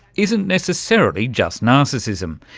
isn't necessarily just narcissism,